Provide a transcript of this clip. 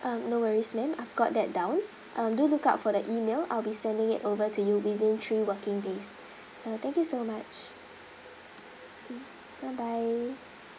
um no worries ma'am I've got that down um do look out for the email I'll be sending it over to you within three working days so thank you so much mm bye bye